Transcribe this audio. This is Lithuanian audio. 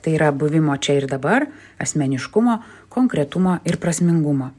tai yra buvimo čia ir dabar asmeniškumo konkretumo ir prasmingumo